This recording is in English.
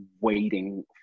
waiting